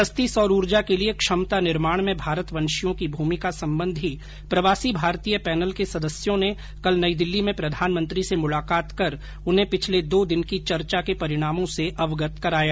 सस्ती सौर ऊर्जा के लिए क्षमता निर्माण में भारतवंशियों की भूमिका संबंधी प्रवासी भारतीय पैनल के सदस्यों ने कल नई दिल्ली में प्रधानमंत्री से मुलाकात कर उन्हें पिछले दो दिन की चर्चा के परिणामों से अवगत कराया